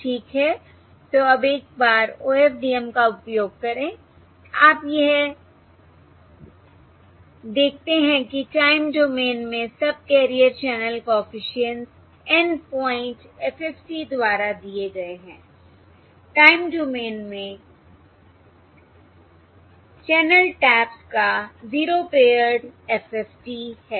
तो अब एक बार OFDM का उपयोग करें आप यह देखते हैं कि टाइम डोमेन में subcarrier channel coefficients N point FFT द्वारा दिए गए हैं टाइम डोमेन में चैनल टैप्स का 0 पेअर्ड FFT है